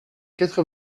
quatre